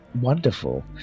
wonderful